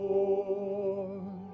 Lord